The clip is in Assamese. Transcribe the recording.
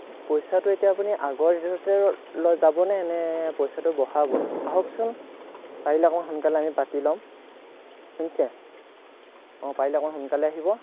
পইচাটো এতিয়া আপুনি আগৰ ৰেটতে লৈ যাবনে নে পইচাটো বঢ়াব আহকচোন পাৰিলে অকমান সোনকালে আমি পাতি ল'ম শুনিছে অঁ পাৰিলে অকণ সোনকালে আহিব